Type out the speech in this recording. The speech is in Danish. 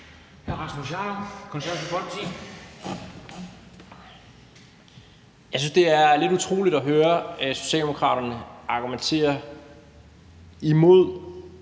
23:46 Rasmus Jarlov (KF): Jeg synes, det er lidt utroligt at høre, at Socialdemokraterne argumenterer imod